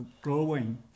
growing